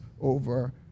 over